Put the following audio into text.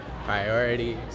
Priorities